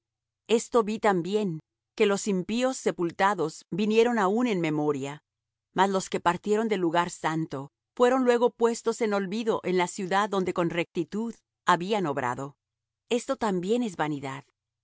esto vi también que los impíos sepultados vinieron aún en memoria mas los que partieron del lugar santo fueron luego puestos en olvido en la ciudad donde con rectitud habían obrado esto también es vanidad